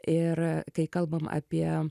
ir kai kalbam apie